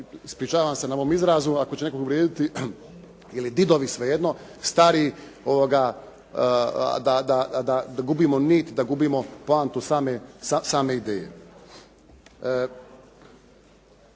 ispričavam se na ovom izrazu ako će nekoga uvrijediti, ili didovi, svejedno, stari, da gubimo nit, da gubimo poantu same ideje.